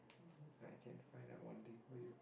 I can find out one thing for you